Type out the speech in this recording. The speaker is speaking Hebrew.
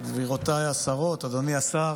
גבירותיי השרות, אדוני השר,